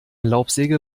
laubsäge